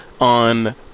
on